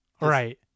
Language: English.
Right